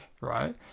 right